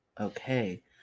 Okay